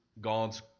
God's